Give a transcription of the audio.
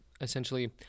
essentially